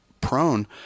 prone